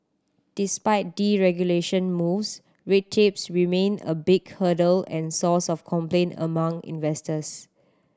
despite deregulation moves red tapes remain a big hurdle and source of complaint among investors